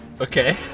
Okay